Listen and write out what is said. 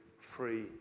free